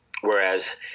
whereas